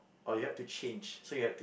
or you had to change so you had